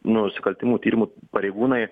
nusikaltimų tyrimų pareigūnai